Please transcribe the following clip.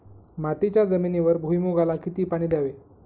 मातीच्या जमिनीवर भुईमूगाला किती पाणी द्यावे?